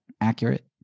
accurate